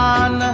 on